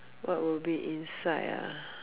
what would be inside ah